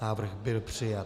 Návrh byl přijat.